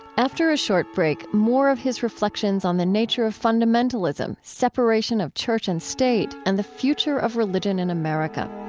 after a short break, more of his reflections on the nature of fundamentalism, separation of church and state, and the future of religion in america